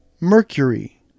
Mercury